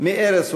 מערש הולדתה,